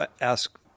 ask